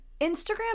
Instagram